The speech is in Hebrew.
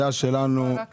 התשובה רק לאחמד?